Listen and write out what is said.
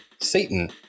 Satan